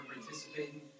participating